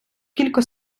кілько